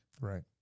Right